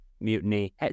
mutiny